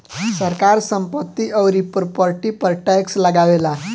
सरकार संपत्ति अउरी प्रॉपर्टी पर टैक्स लगावेला